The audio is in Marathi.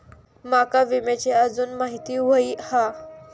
माका विम्याची आजून माहिती व्हयी हा?